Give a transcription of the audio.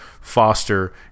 Foster